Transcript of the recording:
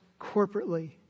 corporately